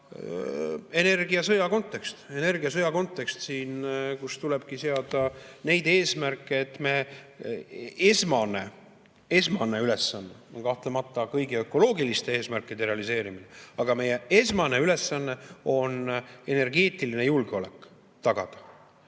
nii, energiasõja kontekst. Energiasõja kontekst, kus tulebki seada neid eesmärke. Esmane ülesanne on kahtlemata kõigi ökoloogiliste eesmärkide realiseerimine, aga meie esmane ülesanne on tagada energeetiline julgeolek.